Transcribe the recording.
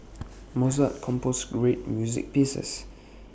Mozart composed great music pieces